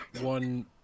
one